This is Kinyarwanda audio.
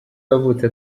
yavutse